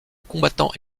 combattant